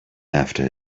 after